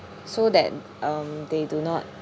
so that um they do not